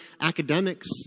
academics